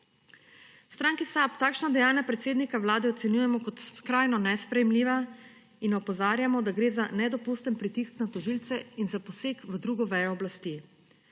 V stranki SAB takšna dejanja predsednika Vlade ocenjujemo kot skrajno nesprejemljiva in opozarjamo, da gre za nedopusten pritisk na tožilce in za poseg v drugo vejo oblasti.